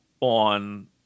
on